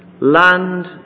land